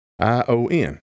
i-o-n